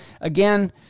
Again